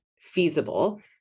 feasible